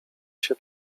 się